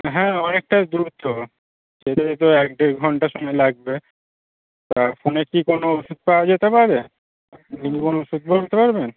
হ্যাঁ অনেকটাই দূর তো যেতে যেতে এক দেড় ঘন্টা সময় লাগবে তা ফোনে কি কোনো ওষুধ পাওয়া যেতে পারে ওষুধ বলতে পারবেন